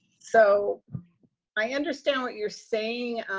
so i understand what you're saying,